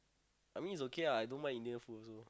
I mean it's okay lah I don't mind Indian food also